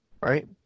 right